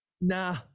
nah